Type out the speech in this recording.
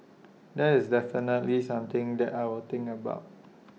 that's definitely something that I will think about